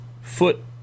foot